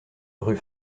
rue